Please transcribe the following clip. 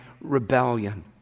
rebellion